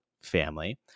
family